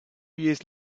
years